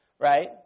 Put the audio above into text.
right